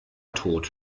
tot